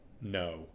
No